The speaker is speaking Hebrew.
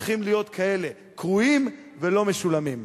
הם צריכים להיות כאלה: קרועים ולא משולמים.